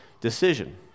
decision